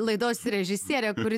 laidos režisierę kuri